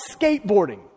skateboarding